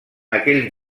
aquell